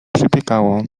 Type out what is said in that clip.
przypiekało